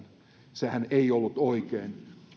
sehän ei ollut oikein